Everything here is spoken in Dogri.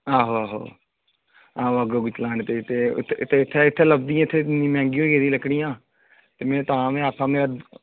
आहो आहो आहो अग्ग उग्ग चलाने ताईं ते इत्थै इत्थै लभदी नि इत्थै इन्नी मैंह्गी होई गेदियां लक्कड़ियां ते में तां में आक्खां में